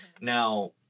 Now